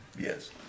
yes